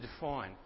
define